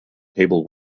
table